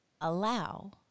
allow